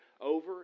over